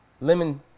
lemon